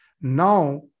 Now